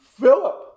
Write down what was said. Philip